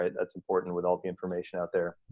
and that's important with all the information out there.